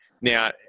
Now